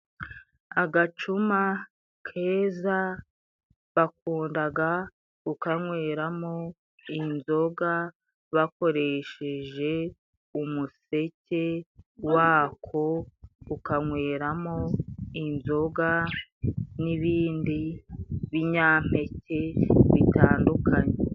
Agacuma keza bakunda kukanyweramo inzoga bakoresheje umuseke wako. Ukanyweramo inzoga n'ibindi binyampeke bitandukanye.